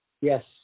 Yes